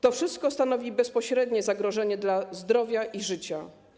To wszystko stanowi bezpośrednie zagrożenie dla zdrowia i życia.